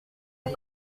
une